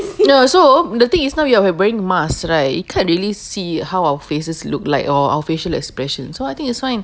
ya so the thing is now y~ you have wearing masks right he can't really see how our faces look like all or our facial expression so I think it's fine